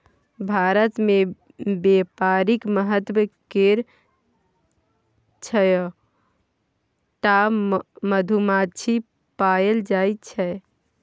भारत मे बेपारिक महत्व केर छअ टा मधुमाछी पएल जाइ छै